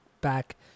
back –